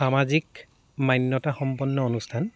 সামাজিক মান্যতা সম্পন্ন অনুষ্ঠান